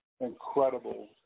incredible